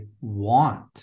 want